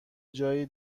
جای